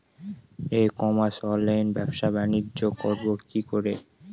ই commerce অনলাইনে ব্যবসা বানিজ্য করব কি করে?